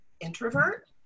introvert